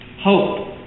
hope